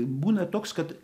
būna toks kad